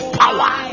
power